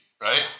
right